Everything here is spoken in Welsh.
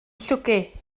llwgu